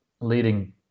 leading